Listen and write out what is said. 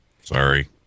Sorry